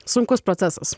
sunkus procesas